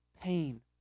pain